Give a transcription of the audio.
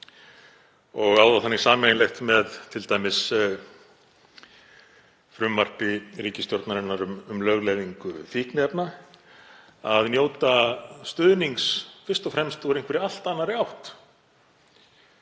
og á það þannig sameiginlegt með t.d. frumvarpi ríkisstjórnarinnar um lögleiðingu fíkniefna að njóta stuðnings fyrst og fremst úr einhverri allt annarri átt.